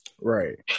Right